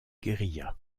guérilla